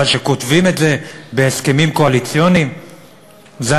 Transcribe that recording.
אבל כשכותבים את זה בהסכמים קואליציוניים זה,